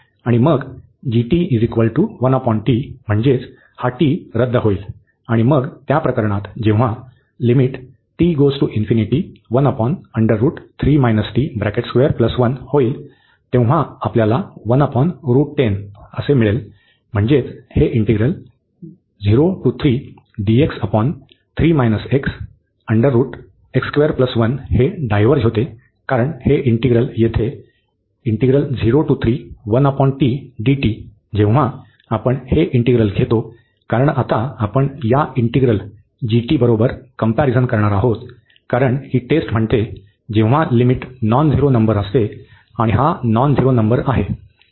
आणि मग म्हणजे हा t रद्द होईल आणि मग त्या प्रकरणात जेव्हा होईल तेव्हा आपल्याला मिळेल म्हणजेच हे इंटिग्रल हे डायव्हर्ज होते कारण हे इंटिग्रल येथे जेव्हा आपण हे इंटिग्रल घेतो कारण आता आपण या इंटिग्रल बरोबर कम्पॅरिझन करणार आहोत कारण ही टेस्ट म्हणते जेव्हा लिमिट नॉन झिरो नंबर असते आणि हा नॉन झिरो नंबर आहे